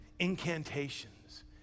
incantations